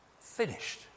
Finished